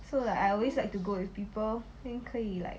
so like I always like to go with people then 可以 like